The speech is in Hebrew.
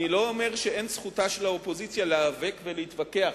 אני לא אומר שאין זכותה של האופוזיציה להיאבק ולהתווכח.